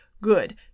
good